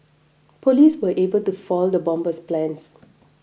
police were able to foil the bomber's plans